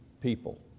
people